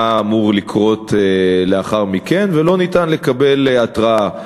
מה אמור לקרות לאחר מכן ולא ניתן לקבל התרעה.